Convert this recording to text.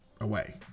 away